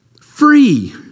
free